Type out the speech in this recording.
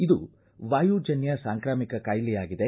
ಇದು ವಾಯು ಜನ್ಮ ಸಾಂಕ್ರಾಮಿಕ ಕಾಯಿಲೆಯಾಗಿದೆ